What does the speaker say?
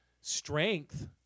strength